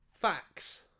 facts